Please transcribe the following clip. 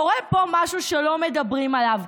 קורה פה משהו שלא מדברים עליו,